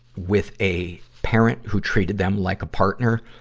with a parent who treated them like a partner.